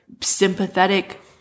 sympathetic